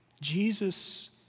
Jesus